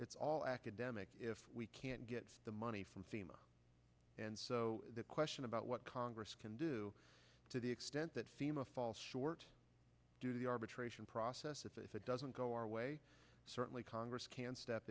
it's all academic if we can't get the money from fema and so the question about what congress can do to the extent that seem a fall short to the arbitration process if it doesn't go our way certainly congress can step